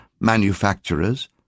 manufacturers